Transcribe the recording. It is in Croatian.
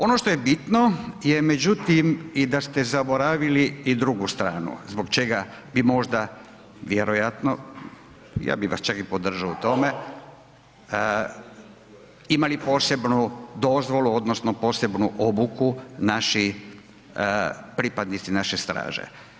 Ono što je bitno je međutim i da ste zaboravili i drugu stranu zbog čega bi možda vjerojatno, ja bi vas čak i podržao u tome, imali posebnu dozvolu odnosno posebnu obuku naših, pripadnika naše straže.